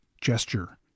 gesture